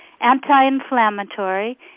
anti-inflammatory